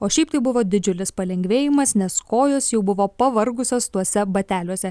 o šiaip tai buvo didžiulis palengvėjimas nes kojos jau buvo pavargusios tuose bateliuose